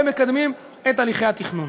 והם מקדמים את הליכי התכנון.